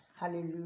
Hallelujah